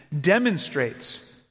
demonstrates